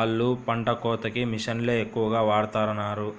ఆళ్ళు పంట కోతకి మిషన్లనే ఎక్కువగా వాడతన్నారు